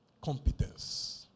Competence